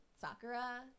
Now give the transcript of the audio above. Sakura